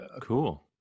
Cool